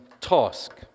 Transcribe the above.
task